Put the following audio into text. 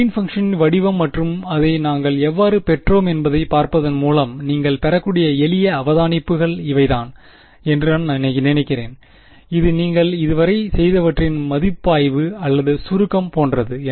green பங்க்ஷனின் வடிவம் மற்றும் அதை நாங்கள் எவ்வாறு பெற்றோம் என்பதைப் பார்ப்பதன் மூலம் நீங்கள் பெறக்கூடிய எளிய அவதானிப்புகள் இவைதான் என்று நான் நினைக்கிறேன் இது நீங்கள் இதுவரை செய்தவற்றின் மதிப்பாய்வு அல்லது சுருக்கம் போன்றது